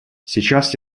сейчас